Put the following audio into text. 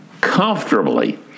comfortably